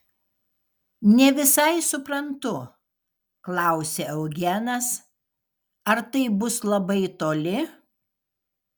ne visai suprantu klausė eugenas ar tai bus labai toli